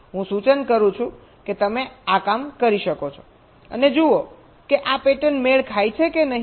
તેથી હું સૂચન કરું છું કે તમે આ કામ કરી શકો છો અને જુઓ કે આ પેટર્ન મેળ ખાય છે કે નહીં